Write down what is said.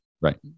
Right